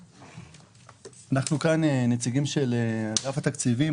אנחנו נציגים של אגף התקציבים,